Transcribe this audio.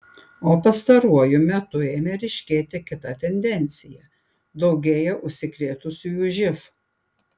o pastaruoju metu ėmė ryškėti kita tendencija daugėja užsikrėtusiųjų živ